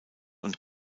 und